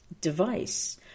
device